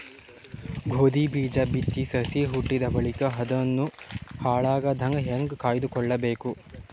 ಗೋಧಿ ಬೀಜ ಬಿತ್ತಿ ಸಸಿ ಹುಟ್ಟಿದ ಬಳಿಕ ಅದನ್ನು ಹಾಳಾಗದಂಗ ಹೇಂಗ ಕಾಯ್ದುಕೊಳಬೇಕು?